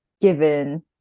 given